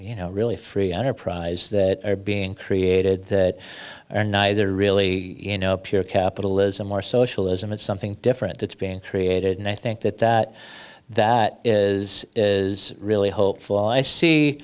you know really free enterprise that are being created that are not they're really you know pure capitalism or socialism it's something different that's being created and i think that that that is is really hopeful i see